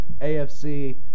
AFC